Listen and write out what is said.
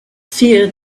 feel